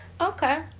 Okay